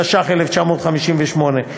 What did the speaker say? התשי"ח 1958,